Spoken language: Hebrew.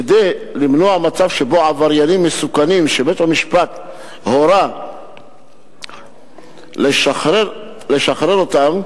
כדי למנוע מצב שבו עבריינים מסוכנים שבית-המשפט הורה לאשפז אותם,